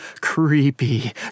creepy